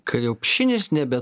krepšinis nebe